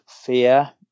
fear